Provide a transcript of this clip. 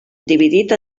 dividit